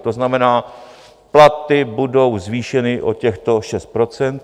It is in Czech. To znamená, platy budou zvýšeny o těchto 6 %.